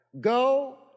Go